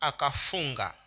Akafunga